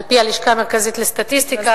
על-פי הלשכה המרכזית לסטטיסטיקה,